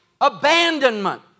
abandonment